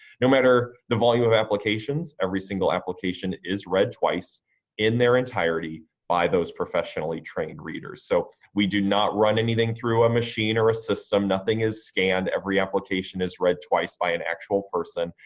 no matter the volume of applications every single application is read twice in their entirety by those professionally trained readers. so we do not run anything through a machine or a system, nothing is scanned, every application is read twice by an actual person.